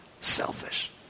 selfish